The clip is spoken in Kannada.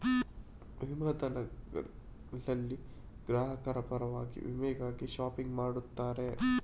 ವಿಮಾ ದಲ್ಲಾಳಿಗಳು ಗ್ರಾಹಕರ ಪರವಾಗಿ ವಿಮೆಗಾಗಿ ಶಾಪಿಂಗ್ ಮಾಡುತ್ತಾರೆ